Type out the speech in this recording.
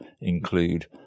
include